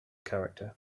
character